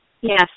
Yes